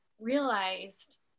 realized